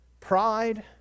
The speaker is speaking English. pride